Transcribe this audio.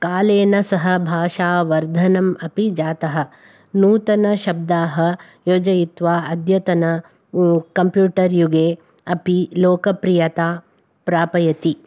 कालेन सः भाषा वर्धनम् अपि जातः नूतनशब्दाः योजयित्वा अद्यतन कम्प्युटर् युगे अपि लोकप्रियता प्रापयति